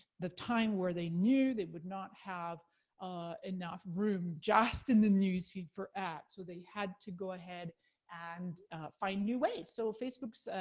the time where they knew that they would not have enough room just in the newsfeed for ads, so they had to go ahead and find new ways. so facebook's